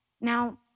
Now